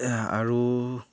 আৰু